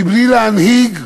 מבלי להנהיג,